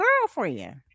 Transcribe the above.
girlfriend